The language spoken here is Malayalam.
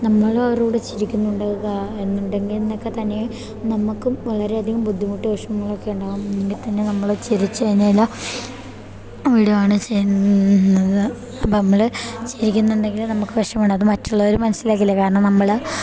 നമ്മൾ അവരുടെകൂടെ ചിരിക്കുന്നുണ്ട് എന്നുണ്ടെങ്കിൽ എന്നൊക്കെ തന്നെ നമുക്കും വളരെയധികം ബുദ്ധിമുട്ട് വിഷമങ്ങളൊക്കെ ഉണ്ടാവും എന്നാൽത്തന്നെ നമ്മൾ ചിരിച്ചുകഴിഞ്ഞാൽ വീഡിയോ ആണ് ചെയ്യുന്നത് അപ്പോൾ നമ്മൾ ചിരിക്കുന്നുണ്ടെങ്കിൽ നമുക്ക് വിഷമമാണ് അത് മറ്റുള്ളവർ മനസ്സിലാക്കില്ല കാരണം നമ്മൾ